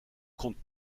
compte